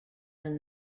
than